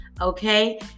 Okay